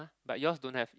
but yours don't have